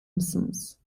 mısınız